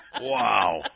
Wow